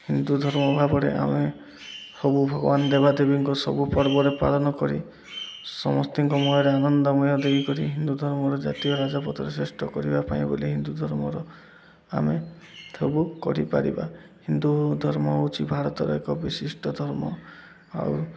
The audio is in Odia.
ହିନ୍ଦୁ ଧର୍ମ ଭାବରେ ଆମେ ସବୁ ଭଗବାନ ଦେବାଦେବୀଙ୍କ ସବୁ ପର୍ବରେ ପାଳନ କରି ସମସ୍ତିଙ୍କ ମନରେ ଆନନ୍ଦମୟ ଦେଇକରି ହିନ୍ଦୁ ଧର୍ମର ଜାତୀୟ ରାଜାପଥରେ ଶ୍ରେଷ୍ଠ କରିବା ପାଇଁ ବୋଲି ହିନ୍ଦୁ ଧର୍ମର ଆମେ ସବୁ କରିପାରିବା ହିନ୍ଦୁ ଧର୍ମ ହେଉଛି ଭାରତର ଏକ ବିଶିଷ୍ଟ ଧର୍ମ ଆଉ